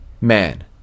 Man